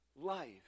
life